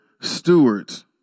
stewards